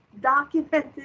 documented